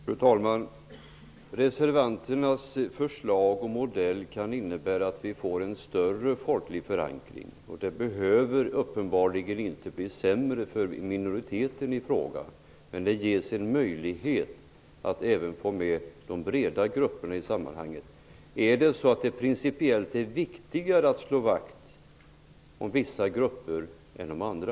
Fru talman! Reservanternas förslag och modell kan innebära att vi får en större folklig förankring. Det behöver uppenbarligen inte bli sämre för minoriteten i fråga. Men det ges en möjlighet att även få med de breda grupperna i sammanhanget. Är det principiellt viktigare att slå vakt om vissa grupper än om andra?